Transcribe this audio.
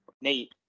Nate